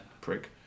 Prick